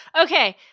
Okay